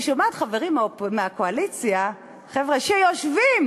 אני שומעת חברים מהקואליציה, חבר'ה שיושבים